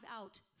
out